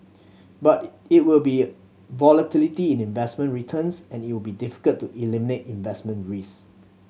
but it will be volatility in investment returns and it will be difficult to eliminate investment risk